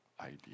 idea